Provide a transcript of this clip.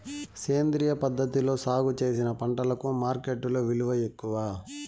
సేంద్రియ పద్ధతిలో సాగు చేసిన పంటలకు మార్కెట్టులో విలువ ఎక్కువ